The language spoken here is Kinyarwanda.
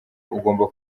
ugomba